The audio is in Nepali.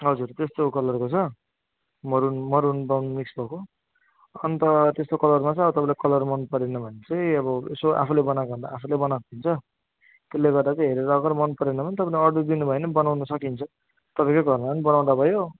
हजुर त्यस्तो कलरको छ मरुन मरुन ब्राउन मिक्स भएको अन्त त्यस्तो कलरमा छ तपाईँलाई कलर मनपरेन भने चाहिँ अब यसो आफूले बनाएको भनेको आफूले बनाएको हुन्छ त्यसले गर्दा चाहिँ हेरेर अगर मन परेन भने तपाईँले अर्डर दिनु भयो भने बनाउनु सकिन्छ तपाईँकै घरमा पनि बनाउँदा भयो